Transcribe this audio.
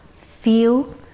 feel